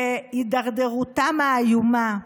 בהידרדרותם האיומה.